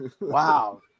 Wow